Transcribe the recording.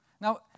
Now